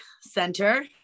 center